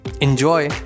enjoy